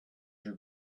your